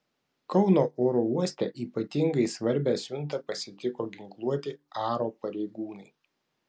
kauno oro uoste ypatingai svarbią siuntą pasitiko ginkluoti aro pareigūnai